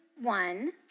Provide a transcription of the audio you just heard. one